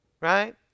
right